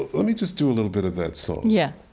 let me just do a little bit of that song yeah